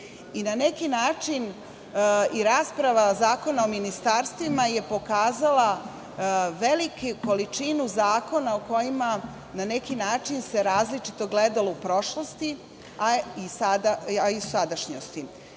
neki način i rasprava Zakona o ministarstvima je pokazala veliku količinu zakona o kojima na neki način se različito gledalo u prošlosti, a i sadašnjosti.